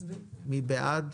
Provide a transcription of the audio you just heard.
מי בעד?